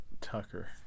Tucker